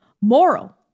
Moral